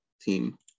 team